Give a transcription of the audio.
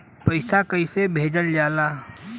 पैसा कैसे भेजल जाला?